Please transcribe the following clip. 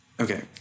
Okay